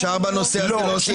אפשר להוסיף משהו בנושא הזה?